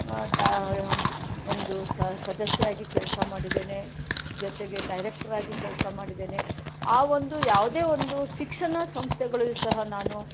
ಟ ಯ ಒಂದು ಸ ಸದಸ್ಯೆ ಆಗಿ ಕೆಲಸ ಮಾಡಿದ್ದೇನೆ ಜೊತೆಗೆ ಡೈರೆಕ್ಟ್ರಾಗಿ ಕೆಲಸ ಮಾಡಿದ್ದೇನೆ ಆ ಒಂದು ಯಾವುದೇ ಒಂದು ಶಿಕ್ಷಣ ಸಂಸ್ಥೆಗಳಲ್ಲೂ ಸಹ ನಾನು